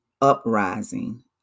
uprising